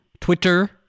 Twitter